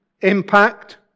impact